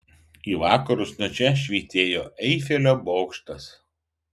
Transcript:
į vakarus nuo čia švytėjo eifelio bokštas